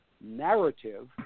narrative